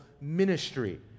ministry